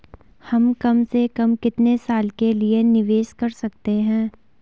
हम कम से कम कितने साल के लिए निवेश कर सकते हैं?